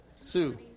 Sue